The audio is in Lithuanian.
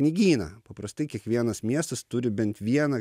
knygyną paprastai kiekvienas miestas turi bent vieną